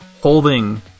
holding